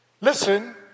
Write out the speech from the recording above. listen